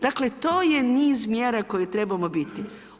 Dakle to je niz mjera koje trebaju biti.